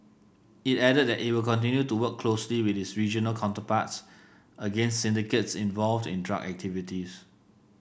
it added that it will continue to work closely with its regional counterparts against syndicates involved in drug activities